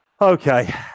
Okay